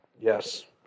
Yes